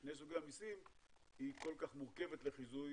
שני סוגי המיסים, היא כל כך מורכבת לחיזוי